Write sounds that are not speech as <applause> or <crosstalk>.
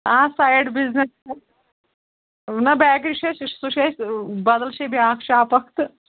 آ side business <unintelligible> نہ bakery چھُ اَسہِ سُہ چھُ اَسہِ بَدل چھےٚ بیٛاکھ شاپ اَکھ تہٕ